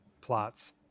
plots